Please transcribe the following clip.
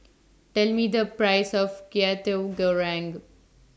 Tell Me The Price of Kwetiau Goreng